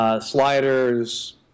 Sliders